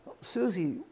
Susie